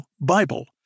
Bible